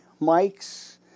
mics